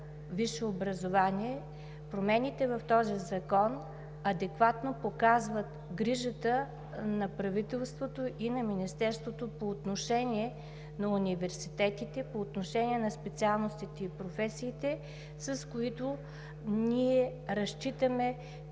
и второ четене. Промените в този закон адекватно показват грижата на правителството и на Министерството по отношение на университетите, по отношение на специалностите и професиите, с които ние разчитаме,